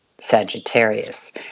Sagittarius